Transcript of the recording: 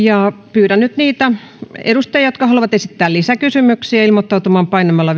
pyydän niitä edustajia jotka haluavat esittää lisäkysymyksiä ilmoittautumaan painamalla